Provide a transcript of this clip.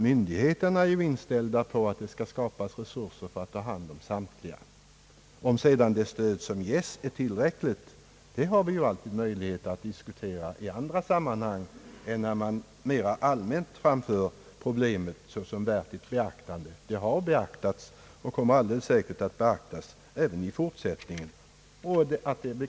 Myndigheterna är inställda på att skapa resurser för att ta hand om samtliga. Om sedan stödet är tillräckligt, den frågan har vi alltid möjlighet att diskutera i andra sammanhang än då man mer allmänt framhåller att problemet är värt beaktande. Det har beaktats och kommer alldeles säkert att beaktas även i fortsättningen.